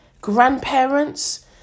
grandparents